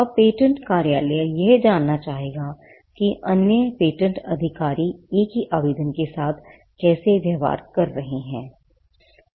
अब पेटेंट कार्यालय यह जानना चाहेगा कि अन्य पेटेंट अधिकारी एक ही आवेदन के साथ कैसे व्यवहार कर रहे हैं